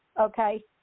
okay